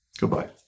Goodbye